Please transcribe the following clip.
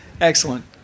excellent